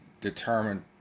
determined